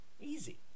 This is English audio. easy